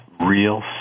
real